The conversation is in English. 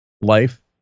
Life